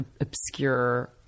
obscure